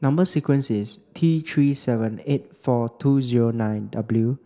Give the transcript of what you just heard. number sequence is T three seven eight four two zero nine W